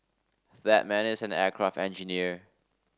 that man is an aircraft engineer